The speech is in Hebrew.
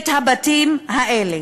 את הבתים האלה.